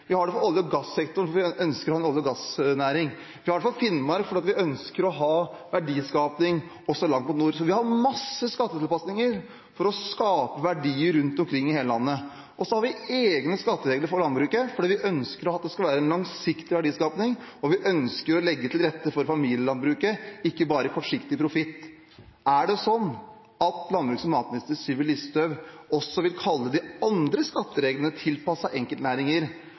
Vi har det for olje- og gassektoren, for vi ønsker å ha en olje- og gassnæring. Vi har det for Finnmark, for vi ønsker å ha verdiskaping også langt mot nord. Så vi har mange skattetilpasninger for å skape verdier rundt omkring i hele landet. Og så har vi egne skatteregler for landbruket, fordi vi ønsker at det skal være en langsiktig verdiskaping, og fordi vi ønsker å legge til rette for familielandbruket, ikke bare for kortsiktig profitt. Er det sånn at landbruks- og matminister Sylvi Listhaug også vil kalle de andre skattereglene tilpasset enkeltnæringer